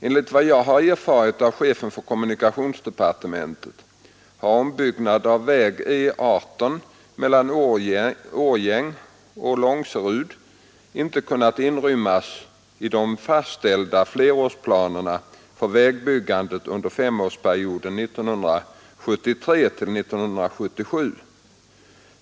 Enligt vad jag har erfarit av chefen för kommunikationsdepartementet har ombyggnad av väg E 18 mellan Årjäng och Långserud inte kunnat inrymmas i de fastställda flerårsplanerna för vägbyggandet under femårsperioden 1973—1977.